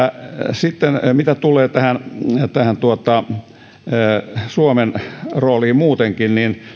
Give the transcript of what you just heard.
sitten mitä tulee tähän tähän suomen rooliin muutenkin niin